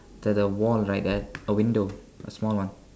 the the wall right there's a window a small one